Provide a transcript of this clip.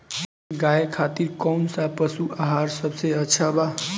गाय खातिर कउन सा पशु आहार सबसे अच्छा बा?